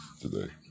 today